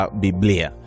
biblia